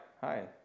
hi